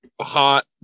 hot